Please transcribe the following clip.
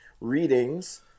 readings